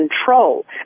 control